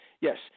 yes